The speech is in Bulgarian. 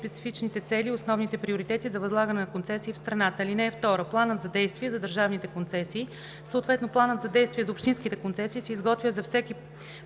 специфичните цели и основните приоритети за възлагане на концесии в страната. (2) Планът за действие за държавните концесии, съответно планът за действие за общинските концесии, се изготвя за всеки